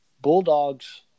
Bulldogs